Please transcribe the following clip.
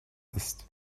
ist